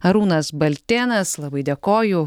arūnas baltėnas labai dėkoju